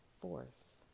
force